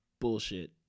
bullshit